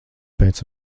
pēc